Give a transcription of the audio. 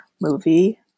movie